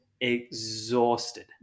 exhausted